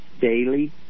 daily